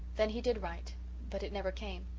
then he did write but it never came.